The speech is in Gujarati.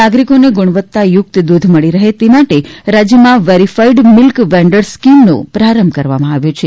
નાગરીકોને ગુણવત્તાયુક્ત દૂધ મળી રહે તે માટે રાજ્યમાં વેરીફાઈડ મિલ્ક વેન્ડર્સ સ્કિમનો પ્રારંભ કરવામાં આવ્યો છે